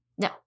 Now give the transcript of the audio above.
no